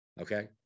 Okay